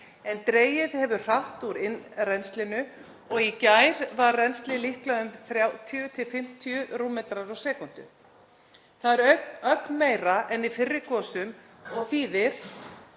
en dregið hefur hratt úr innrennslinu og í gær var rennslið líklega um 30–50 m³ á sekúndu. Það er ögn meira en í fyrri gosum og þýðir